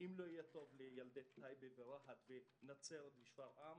אם לא יהיה טוב לילדי טייבה ורהט ונצרת ושפרעם,